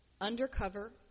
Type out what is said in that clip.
undercover